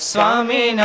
Swami